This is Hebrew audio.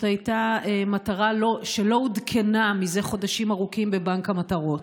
הייתה מטרה שלא עודכנה זה חודשים ארוכים בבנק המטרות.